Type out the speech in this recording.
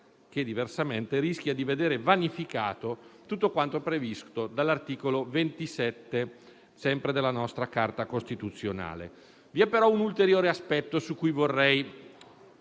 che diversamente rischia di veder vanificato quanto previsto dall'articolo 27 della nostra Carta costituzionale). Vi è però un ulteriore aspetto su cui vorrei attirare